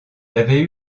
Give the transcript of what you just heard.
avait